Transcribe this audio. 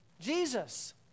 Jesus